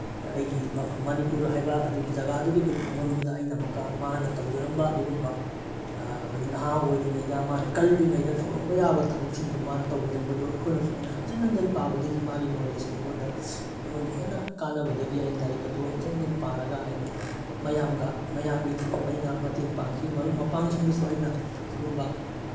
ꯑꯩꯒꯤ ꯃꯐꯝ ꯃꯅꯤꯄꯨꯔ ꯍꯥꯏꯕ ꯑꯗꯨꯒꯤ ꯖꯒꯥꯗꯨꯒꯤ ꯈꯨꯡꯒꯪꯗꯨꯗ ꯑꯩꯅ ꯑꯃꯨꯛꯀ ꯃꯥꯅ ꯇꯧꯖꯔꯝꯕ ꯑꯗꯨꯒꯨꯝꯕ ꯅꯍꯥ ꯑꯣꯏꯔꯤꯉꯩꯗ ꯃꯥꯅ ꯀꯜꯂꯤꯉꯩꯗ ꯇꯧꯔꯝꯕ ꯌꯥꯕ ꯊꯕꯛꯁꯤꯡꯗꯣ ꯃꯥꯅ ꯇꯧꯕꯤꯔꯝꯕꯗꯣ ꯑꯩꯈꯣꯏꯅꯁꯨ ꯍꯟꯖꯤꯟ ꯍꯟꯖꯤꯟ ꯄꯥꯕꯗꯒꯤ ꯃꯥꯒꯤ ꯅꯣꯂꯦꯖꯇꯣ ꯑꯩꯉꯣꯟꯗ ꯑꯩꯉꯣꯟꯗ ꯍꯦꯟꯅ ꯀꯥꯟꯅꯕꯗꯒꯤ ꯑꯩꯅ ꯂꯥꯏꯔꯤꯛ ꯑꯗꯨ ꯍꯟꯖꯤꯟ ꯍꯟꯖꯤꯟ ꯄꯥꯔꯒ ꯑꯩꯅ ꯃꯌꯥꯝꯒ ꯃꯌꯥꯝꯒꯤ ꯊꯕꯛ ꯑꯩꯅ ꯃꯇꯦꯡ ꯄꯥꯡꯈꯤ ꯃꯔꯨꯞ ꯃꯄꯥꯡꯁꯤꯡꯗꯁꯨ ꯑꯩꯅ ꯁꯨꯒꯨꯝꯕ